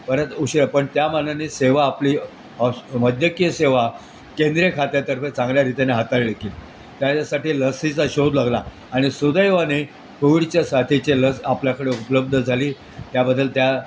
परत उशीरा पण त्या मानाने सेवा आपली औष वद्यकीय सेवा केंद्रिय खात्यातर्फे चांगल्यारित्याने हाताळलीकी त्यासाठी लसीचा शोध लागला आणि सुदैवाने कोविडच्या साथीचे लस आपल्याकडे उपलब्ध झाली त्याबद्दल त्या